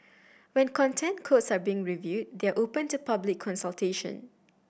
when Content Codes are being reviewed they are open to public consultation